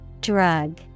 Drug